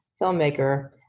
filmmaker